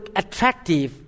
attractive